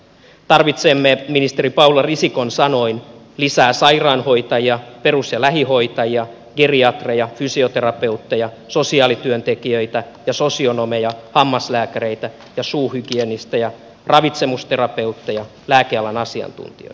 tarvitsemme ministeri paula risikon sanoin lisää sairaanhoitajia perus ja lähihoitajia geriatreja fysioterapeutteja sosiaalityöntekijöitä ja sosionomeja hammaslääkäreitä ja suuhygienistejä ravitsemusterapeutteja lääkealan asiantuntijoita